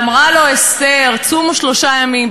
שאמרה לו אסתר: צומו שלושה ימים,